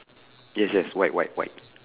yes yes white white white